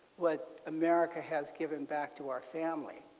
what america has given back to our family.